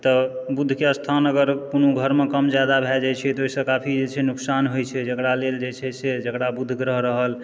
तऽ बुधके स्थान अगर कोनो घरमे कम ज्यादा भए जाइ छै तऽ ओहिसँ जे छै से काफी नुकसान होइ छै जकरा लेल जे छै से जकरा बुध ग्रह रहल